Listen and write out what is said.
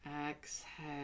Exhale